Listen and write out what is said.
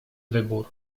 wybór